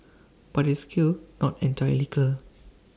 but it's still not entirely clear